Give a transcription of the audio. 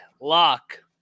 Lock